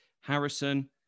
Harrison